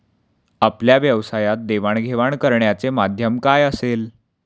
आपल्या व्यवसायात देवाणघेवाण करण्याचे माध्यम काय असेल?